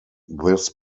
this